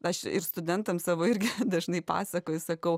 aš ir studentam savo irgi dažnai pasakoju sakau